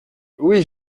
oui